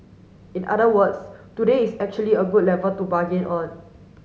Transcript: in other words today is actually a good level to bargain on